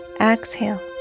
exhale